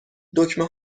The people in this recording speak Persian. دکمه